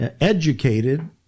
educated